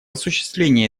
осуществлении